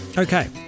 Okay